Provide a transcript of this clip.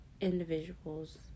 individuals